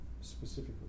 specifically